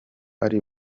ari